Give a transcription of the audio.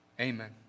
Amen